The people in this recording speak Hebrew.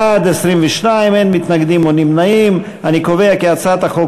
ההצעה להעביר את הצעת חוק